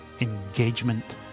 engagement